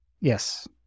Yes